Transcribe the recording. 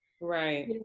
right